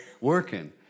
working